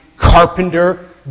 Carpenter